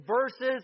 verses